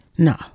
no